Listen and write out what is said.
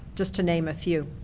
just to name a few.